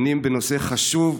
דנים בנושא חשוב,